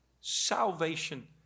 salvation